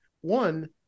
One